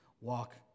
walk